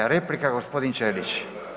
Replika gospodin Ćelić.